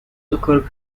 okrug